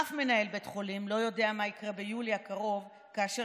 אף מנהל בית חולים לא יודע מה יקרה ביולי הקרוב כאשר